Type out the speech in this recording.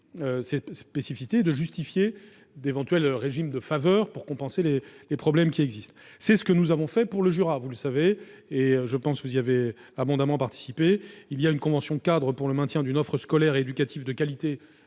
ces spécificités et de justifier d'éventuels régimes de faveur pour compenser les problèmes qui existent. Nous avons procédé ainsi pour le Jura, vous le savez, et vous y avez abondamment participé. La convention-cadre pour le maintien d'une offre scolaire et éducative de qualité